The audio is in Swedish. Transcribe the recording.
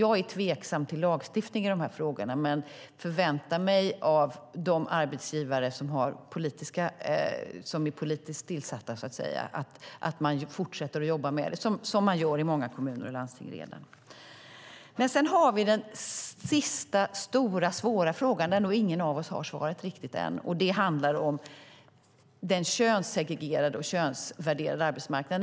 Jag är tveksam till lagstiftning i de här frågorna men förväntar mig av de arbetsgivare som så att säga är politiskt tillsatta att de fortsätter att jobba med detta, som man redan gör i många kommuner och landsting. Sedan har vi den sista, stora, svåra frågan, där nog ingen av oss har svaret riktigt än. Den handlar om den könssegregerade och könsvärderade arbetsmarknaden.